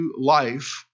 life